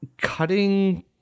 Cutting